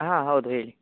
ಹಾಂ ಹೌದು ಹೇಳಿ